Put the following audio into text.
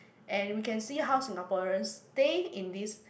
and we can see how Singaporean stay in this